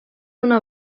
una